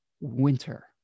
winter